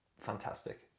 fantastic